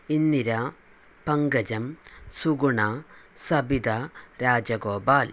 Indira Pankajam Suguna Sabitha Rajagopal